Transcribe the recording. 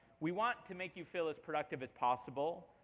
we want to make you feel as productive as possible,